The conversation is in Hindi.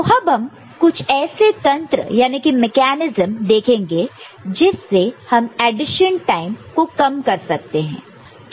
तो अब हम कुछ ऐसे तंत्र याने मेकैनिज्म देखेंगे जिससे हम एडिशन टाइम को कम कर सकते है